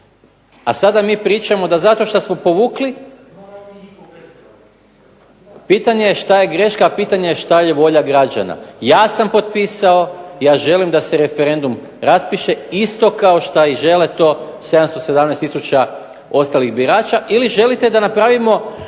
A sada mi pričamo da zato što smo povukli, pitanje je što je greška a pitanje je što je volja građana. Ja sam potpisao, ja želim da se referendum raspiše isto kao što žele to 717 tisuća ostalih birača, ili želite da napravimo